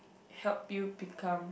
help you become